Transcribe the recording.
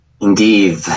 indeed